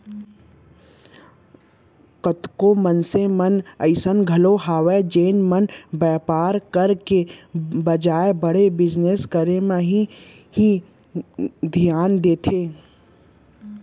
कतको मनसे मन अइसन घलौ हवय जेन मन बेपार करे के बजाय बड़े बिजनेस करे म ही धियान देथे